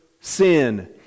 sin